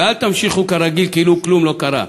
ואל תמשיכו כרגיל, כאילו כלום לא קרה.